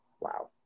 Wow